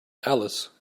alice